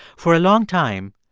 for a long time,